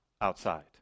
outside